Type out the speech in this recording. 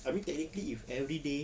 I mean technically if everyday